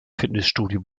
fitnessstudio